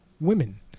women